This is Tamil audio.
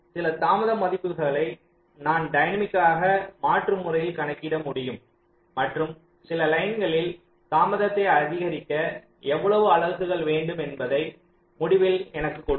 சில தாமத மதிப்புகளை நான் டயனாமிக்காக மாற்று முறையில் கணக்கிட முடியும் மற்றும் சில லைன்களில் தாமதத்தை அதிகரிக்க எவ்வளவு அலகுகள் வேண்டும் என்பதை முடிவில் எனக்குக் கொடுக்கும்